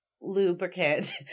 lubricant